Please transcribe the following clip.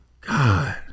God